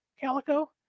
Calico